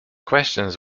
questions